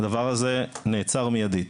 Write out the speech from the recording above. הדבר הזה נעצר מיידית.